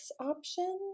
option